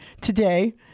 today